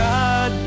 God